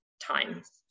times